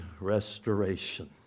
restoration